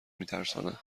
میترساند